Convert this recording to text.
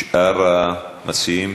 שאר המציעים.